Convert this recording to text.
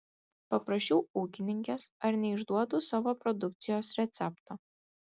paprašiau ūkininkės ar neišduotų savo produkcijos recepto